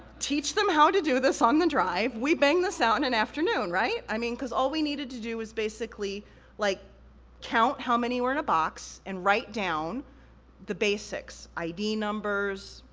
teach them how to do this on the drive, we bang this out in an afternoon, right? i mean, cause all we needed to do was basically like count how many were in a box, and write down the basics. id numbers,